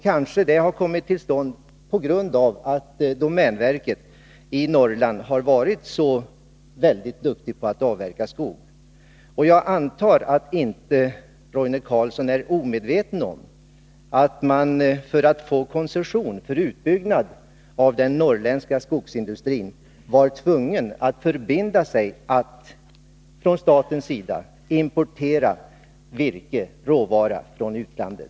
Kanske har det skett på grund av att Tisdagen den domänverket i Norrland har varit så ”duktigt” på att avverka skog! Jag antar 19 april 1983 att Roine Carlsson inte är omedveten om att man för att få koncession för utbyggnad av den norrländska skogsindustrin varit tvungen att förbinda sig att importera virkeråvara från utlandet.